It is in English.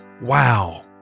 Wow